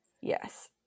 yes